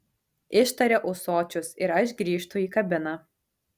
ištaria ūsočius ir aš grįžtu į kabiną